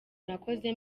nakoze